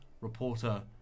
reporter